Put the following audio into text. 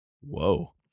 Whoa